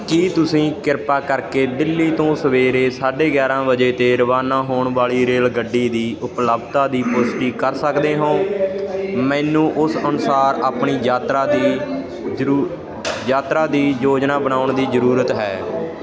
ਕੀ ਤੁਸੀਂ ਕਿਰਪਾ ਕਰਕੇ ਦਿੱਲੀ ਤੋਂ ਸਵੇਰੇ ਸਾਢੇ ਗਿਆਰਾਂ ਵਜੇ 'ਤੇ ਰਵਾਨਾ ਹੋਣ ਵਾਲੀ ਰੇਲਗੱਡੀ ਦੀ ਉਪਲੱਬਧਤਾ ਦੀ ਪੁਸ਼ਟੀ ਕਰ ਸਕਦੇ ਹੋ ਮੈਨੂੰ ਉਸ ਅਨੁਸਾਰ ਆਪਣੀ ਯਾਤਰਾ ਦੀ ਜਰੂ ਯਾਤਰਾ ਦੀ ਯੋਜਨਾ ਬਣਾਉਣ ਦੀ ਜ਼ਰੂਰਤ ਹੈ